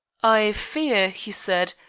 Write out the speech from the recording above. i fear, he said,